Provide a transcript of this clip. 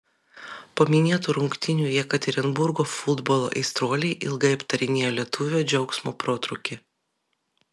po minėtų rungtynių jekaterinburgo futbolo aistruoliai ilgai aptarinėjo lietuvio džiaugsmo protrūkį